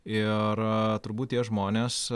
ir turbūt tie žmonės